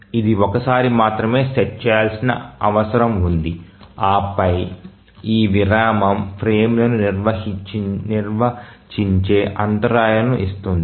ఇది ఒక్కసారి మాత్రమే సెట్ చేయాల్సిన అవసరం ఉంది ఆ పై ఈ విరామం ఫ్రేమ్లను నిర్వచించే అంతరాయాలను ఇస్తుంది